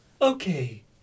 Okay